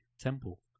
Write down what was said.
temple